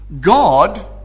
God